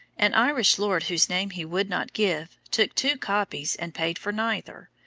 an irish lord whose name he would not give, took two copies and paid for neither.